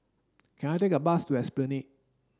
can I take a bus to Esplanade